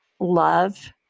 love